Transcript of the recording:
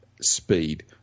speed